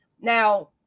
now